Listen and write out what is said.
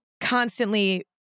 constantly